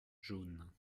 jaunes